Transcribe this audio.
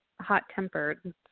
hot-tempered